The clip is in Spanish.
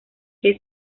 que